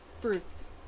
fruits